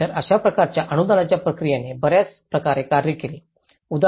तर अशा प्रकारच्या अनुदानाच्या प्रक्रियेने बर्याच प्रकारे कार्य केले